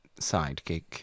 sidekick